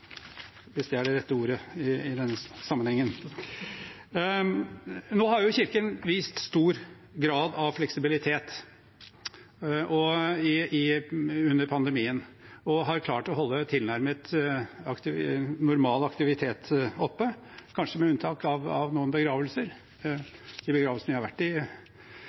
hvis det er det rette ordet i denne sammenhengen. Kirken har vist stor grad av fleksibilitet under pandemien og har klart å holde tilnærmet normal aktivitet oppe, kanskje med unntak av noen begravelser. I de begravelsene jeg har vært i